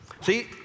See